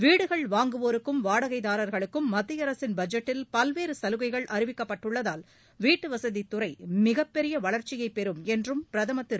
வீடுகள் வாங்குவோருக்கும் வாடகைதாரர்களுக்கும் மத்திய அரசின் பட்ஜெட்டில் பல்வேறு சலுகைகள் அறிவிக்கப்பட்டுள்ளதால் வீட்டுவசதித் துறை மிகப் பெரிய வளர்ச்சியை பெறும் என்றும் பிரதமர் திரு